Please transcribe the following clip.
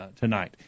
tonight